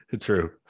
true